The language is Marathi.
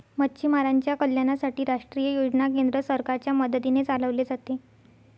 मच्छीमारांच्या कल्याणासाठी राष्ट्रीय योजना केंद्र सरकारच्या मदतीने चालवले जाते